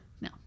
No